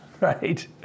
right